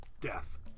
death